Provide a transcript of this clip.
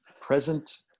Present